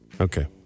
Okay